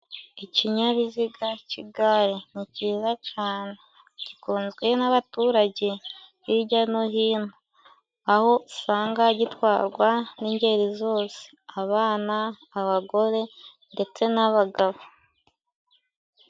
Ikinyabiziga cy'igare ni ciza cane gikunzwe n'abaturage hirya no hino aho usanga gitwarwa ningeri zose: abana, abagore, ndetse n'abagabo.